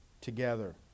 together